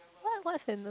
what what sentence